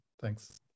Thanks